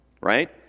right